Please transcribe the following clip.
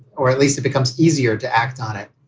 or at least it becomes easier to act on it.